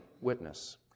witness